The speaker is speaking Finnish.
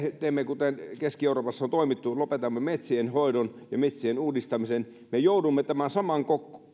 teemme kuten keski euroopassa on toimittu lopetamme metsienhoidon ja metsien uudistamisen me joudumme tämän saman